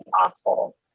awful